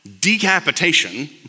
decapitation